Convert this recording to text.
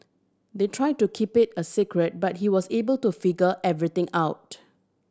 they tried to keep it a secret but he was able to figure everything out